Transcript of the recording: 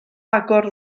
agor